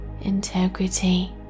integrity